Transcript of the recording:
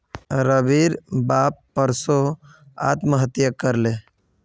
रविर बाप परसो आत्महत्या कर ले